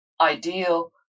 ideal